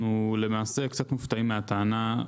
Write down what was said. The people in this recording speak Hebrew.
למעשה, אנחנו קצת מופתעים מהטענה.